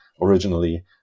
originally